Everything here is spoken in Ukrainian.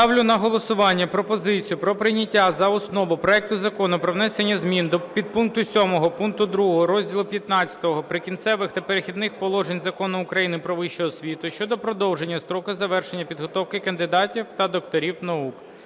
Ставлю на голосування пропозицію про прийняття за основу проекту Закону про внесення зміни до підпункту 7 пункту 2 розділу XV "Прикінцеві та перехідні положення" Закону України "Про вищу освіту" щодо продовження строку завершення підготовки кандидатів та докторів наук